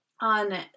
on